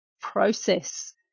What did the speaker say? process